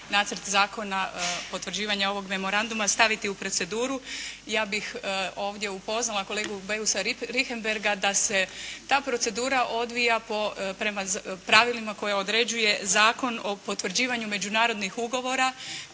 nacrt zakona potvrđivanja ovog memoranduma staviti u proceduru. Ja bih ovdje upoznala kolegu Beusa Richembergha da se ta procedura odvija po, prema pravilima koja određuje Zakona o potvrđivanju međunarodnih ugovora